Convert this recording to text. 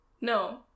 No